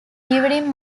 during